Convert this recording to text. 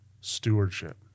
stewardship